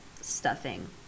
stuffing